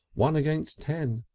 one against ten.